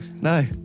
No